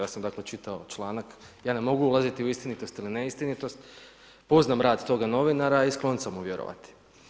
Ja sam dakle čitao članak, ja ne mogu ulaziti u istinitost ili neistinitost, poznam rad toga novinara i sklon sam mu vjerovati.